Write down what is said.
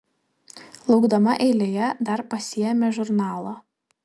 laukdama eilėje dar pasiėmė žurnalą